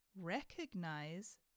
recognize